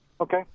Okay